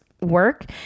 work